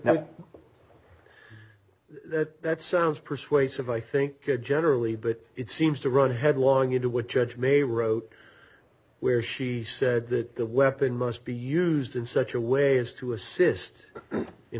now that sounds persuasive i think generally but it seems to run headlong into what judge me wrote where she said that the weapon must be used in such a way as to assist in